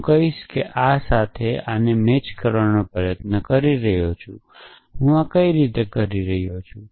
હું કહીશ કે હું આ સાથે આને મેચ કરવાનો પ્રયાસ કરી રહ્યો છું હું આ કેવી રીતે કરી શકું